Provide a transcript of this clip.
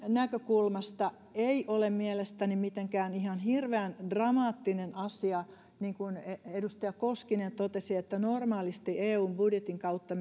näkökulmasta ei ole mielestäni mitenkään ihan hirveän dramaattinen asia se mitä edustaja koskinen totesi kun normaalisti eun budjetin kautta